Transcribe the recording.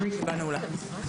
הישיבה ננעלה בשעה